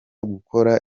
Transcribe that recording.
gukora